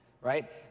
right